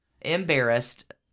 embarrassed